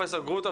פרופסור גרוטו,